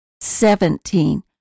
Seventeen